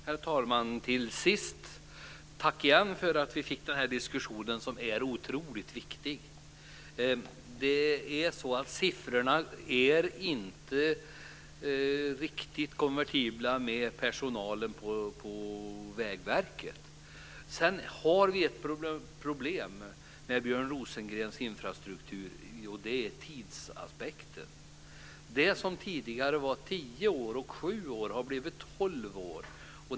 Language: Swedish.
Herr talman! Till sist vill jag än en gång tacka för att vi fick den här diskussionen som är otroligt viktig. Siffrorna är inte riktigt konvertibla med personalen på Vi har ett problem med Björn Rosengrens infrastruktur, och det är tidsaspekten. Det som tidigare var sju och tio år har blivit tolv år.